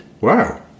Wow